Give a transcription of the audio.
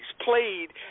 played